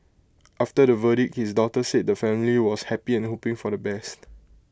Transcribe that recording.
after the verdict his daughter said the family was happy and hoping for the best